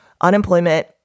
unemployment